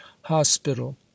hospital